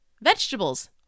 vegetables